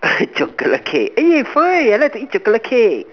chocolate cake eh fine I like to eat chocolate cake